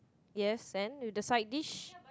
yes and with the side dish